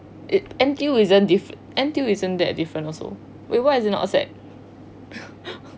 it anything it's that diff~ anything isn't that different also wait why is it not sad